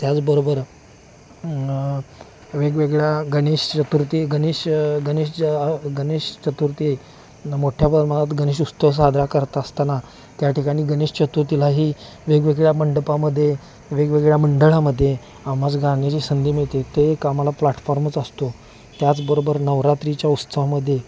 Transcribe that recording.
त्याचबरोबर वेगवेगळ्या गणेश चतुर्थी गणेश गणेश ज गणेश चतुर्थी मोठ्या प्रमाणात गणेश उत्सव साजरा करत असताना त्या ठिकाणी गणेश चतुर्थीलाही वेगवेगळ्या मंडपामध्ये वेगवेगळ्या मंडळामध्ये आम्हास गाण्याची संधी मिळते ते एक आम्हाला प्लॅटफॉर्मच असतो त्याचबरोबर नवरात्रीच्या उत्सवामध्ये